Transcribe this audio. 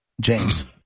James